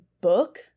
book